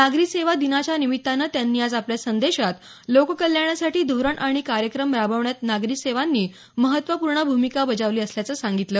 नागरी सेवा दिनाच्या निमित्तानं त्यांनी आज आपल्या संदेशात लोककल्याणासाठी धोरण आणि कार्यक्रम राबवण्यात नागरी सेवांनी महत्त्वपूर्ण भूमिका बजावली असल्याचं सांगितलं